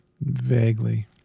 Vaguely